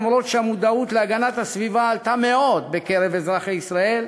למרות שהמודעות להגנת הסביבה עלתה מאוד בקרב אזרחי ישראל,